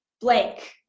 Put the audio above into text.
blank